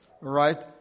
right